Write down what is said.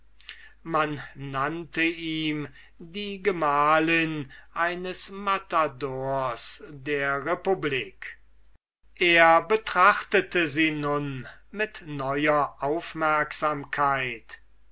man nannte ihm die gemahlin eines matadors der republik er betrachtete sie nun mit neuer aufmerksamkeit